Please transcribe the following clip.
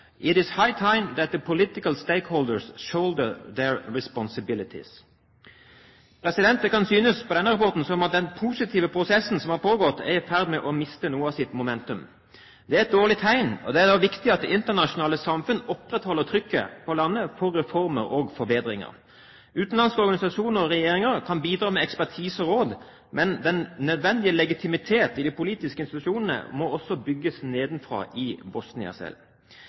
kan synes på denne rapporten som at den positive prosessen som har pågått, er i ferd med å miste noe av sitt momentum. Det er et dårlig tegn. Det er viktig at det internasjonale samfunn opprettholder trykket på landet for reformer og forbedringer. Utenlandske organisasjoner og regjeringer kan bidra med ekspertise og råd, men den nødvendige legitimitet i de politiske institusjonene må også bygges nedenfra i Bosnia.